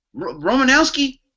Romanowski